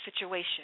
situation